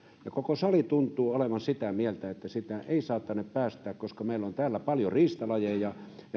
koko sali tuntuu olevan sitä mieltä että sitä ei saa tänne päästää koska meillä on täällä paljon riistalajeja ja